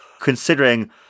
considering